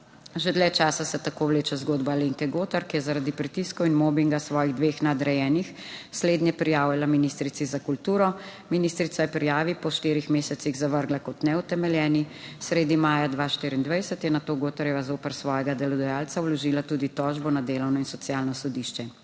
Že dlje časa se tako vleče zgodba Alenke Gotar, ki je zaradi pritiskov in mobinga svojih dveh nadrejenih slednje prijavila ministrici za kulturo. Ministrica je prijavi po štirih mesecih zavrgla kot neutemeljeni. Sredi maja 2024 je nato Gotarjeva zoper svojega delodajalca vložila tudi tožbo na delovno in socialno sodišče.